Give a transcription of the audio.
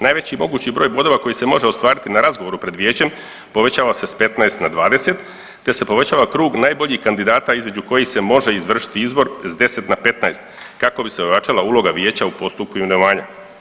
Najveći mogući broj bodova koji se može ostvariti na razgovoru pred vijećem povećava se s 15 na 20 te se povećava krug najboljih kandidata između kojih se može izvršiti izbor s 10 na 15 kako bi se ojačala uloga vijeća u postupku imenovanja.